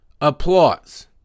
applause